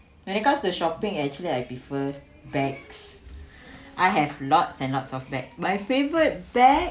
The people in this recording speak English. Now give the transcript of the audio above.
when it comes the shopping actually I prefer bags I have lots and lots of bag my favorite bag